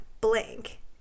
blank